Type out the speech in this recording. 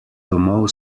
domov